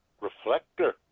reflector